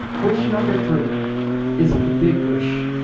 wish number three is the big wish.